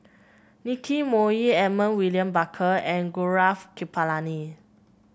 Nicky Moey Edmund William Barker and Gaurav Kripalani